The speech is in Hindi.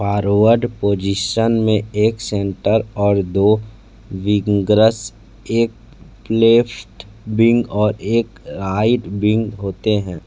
फॉरवर्ड पोजिशन में एक सेंटर और दो विंगर्स एक लेफ़्ट विंग और एक राइट विंग होते है